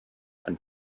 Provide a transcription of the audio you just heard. and